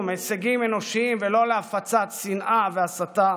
הישגים אנושיים ולא להפצת שנאה והסתה,